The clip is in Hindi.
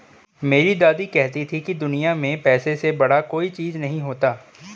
मेरी दादी कहती थी कि दुनिया में पैसे से बड़ा कोई चीज नहीं होता